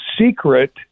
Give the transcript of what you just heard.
secret